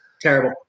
Terrible